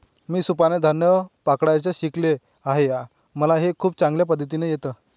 मी सुपाने धान्य पकडायचं शिकले आहे मला हे खूप चांगल्या पद्धतीने येत